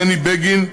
בני בגין,